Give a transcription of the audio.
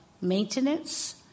maintenance